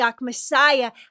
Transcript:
Messiah